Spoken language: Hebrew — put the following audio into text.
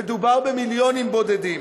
מדובר במיליונים בודדים.